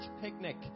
picnic